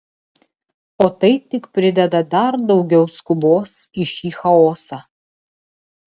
o tai tik prideda dar daugiau skubos į šį chaosą